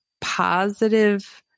positive